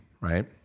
right